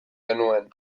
genuen